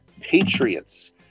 Patriots